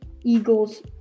Eagles